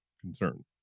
concern